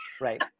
right